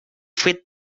fet